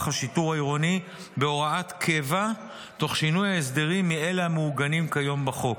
השיטור העירוני בהוראת קבע תוך שינוי ההסדרים מאלה המעוגנים כיום בחוק.